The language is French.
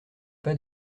pas